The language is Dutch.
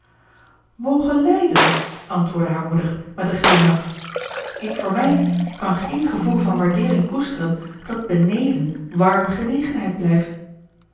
mogen lijden antwoordde haar moeder met een glimlach ik voor mij kan geen gevoel van waardeering koesteren dat beneden warme genegenheid blijft